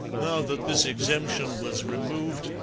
now that this exemption was removed,